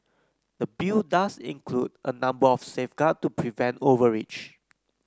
the bill does include a number of safeguard to prevent overreach